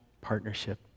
partnership